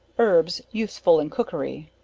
herbs, useful in cookery.